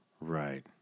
Right